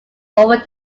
over